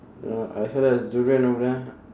you know I heard there's durian over there